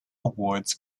awards